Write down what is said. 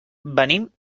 venim